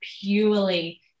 purely